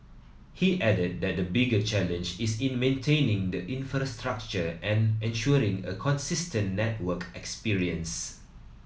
he added that the bigger challenge is in maintaining the infrastructure and ensuring a consistent network experience